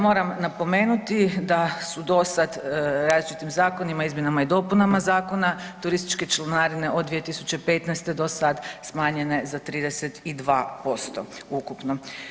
Moram napomenuti da su do sada različitim zakonima izmjenama i dopunama zakona turističke članarine od 2015. do sad smanjenje za 32% ukupno.